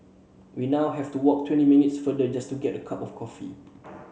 we now have to walk twenty minutes farther just to get a cup of coffee